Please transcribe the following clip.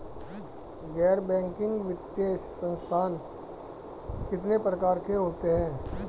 गैर बैंकिंग वित्तीय संस्थान कितने प्रकार के होते हैं?